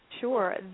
Sure